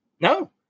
No